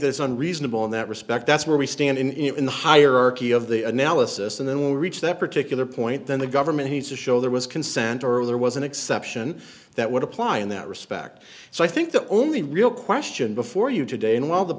there's an reasonable in that respect that's where we stand in in the hierarchy of the analysis and then we'll reach that particular point then the government has to show there was consent or there was an exception that would apply in that respect so i think the only real question before you today and while the